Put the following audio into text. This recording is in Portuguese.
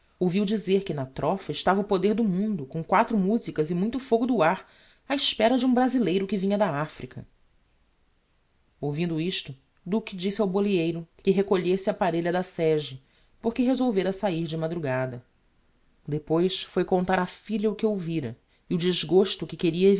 ouviu dizer que na trofa estava o poder do mundo com quatro musicas e muito fogo do ar á espera de um brazileiro que vinha da africa ouvido isto duque disse ao boleeiro que recolhesse a parelha da sege porque resolvera sahir de madrugada depois foi contar á filha o que ouvira e o desgosto que queria